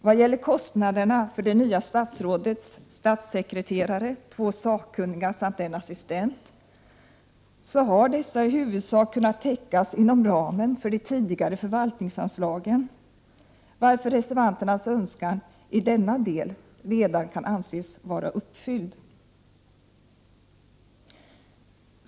Vad gäller kostnaderna för det nya statsrådets statssekreterare, två sakkunniga samt en assistent, så har dessa i huvudsak kunnat täckas inom 115 ramen för de tidigare förvaltningsanslagen, varför reservanternas önskan i denna del redan kan anses vara uppfylld.